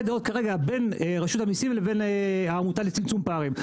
דעות כרגע בין רשות המיסים לבין העמותה לצמצום פערים.